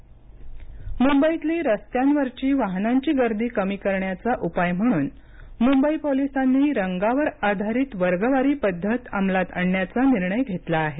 Mumbai police मुंबईतली रस्त्यांवरची वाहनांची गर्दी कमी करण्याचा उपाय म्हणून मुंबई पोलिसांनी रंगावर आधारित वर्गवारी पद्धत अमलात आणण्याचा निर्णय घेतला आहे